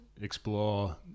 explore